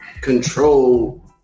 control